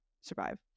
survive